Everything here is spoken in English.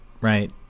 right